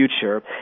future